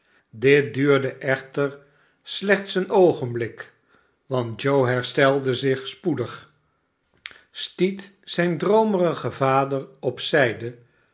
dit duurde echter slechts een oogenblik want joe herstelde zich spoedig stiet zijn droomerigen vader op zijde